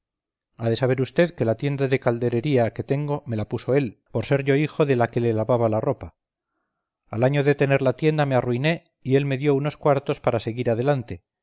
de saber vd que la tienda de calderería que tengo me la puso él por ser yo hijo de la que le lavaba la ropa al año de tener la tienda me arruiné y él me dio unos cuartos para seguir adelante